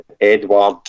Edward